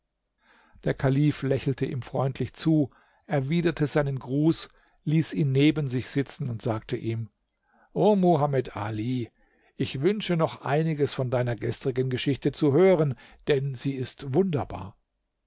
der kalif lächelte ihm freundlich zu erwiderte seinen gruß ließ ihn neben sich sitzen und sagte ihm o mohamed ali ich wünsche noch einiges von deiner gestrigen geschichte zu hören denn sie ist wunderbar